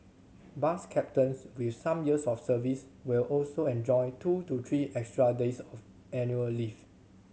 bus captains with some years of service will also enjoy two to three extra days of annual leave